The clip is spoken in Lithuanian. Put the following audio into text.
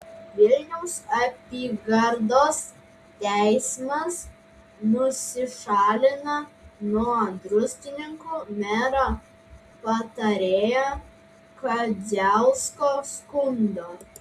vilniaus apygardos teismas nusišalino nuo druskininkų mero patarėjo kadziausko skundo